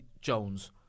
Jones